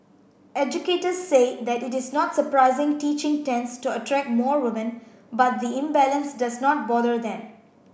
educators said that it is not surprising teaching tends to attract more women but the imbalance does not bother them